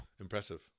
impressive